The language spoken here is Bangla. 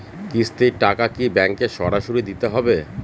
কিস্তির টাকা কি ব্যাঙ্কে সরাসরি দিতে হবে?